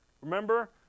remember